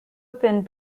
opened